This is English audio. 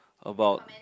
about